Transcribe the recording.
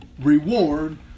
reward